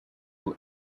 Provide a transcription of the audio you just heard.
who